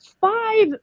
five